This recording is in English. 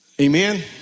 Amen